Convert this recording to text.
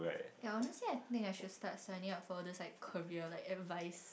ya honestly I think I should start signing up for all these like career like advice